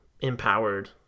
empowered